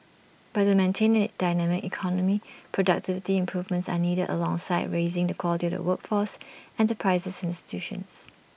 but to maintain A a dynamic economy productivity improvements are needed alongside raising the quality of the workforce enterprises institutions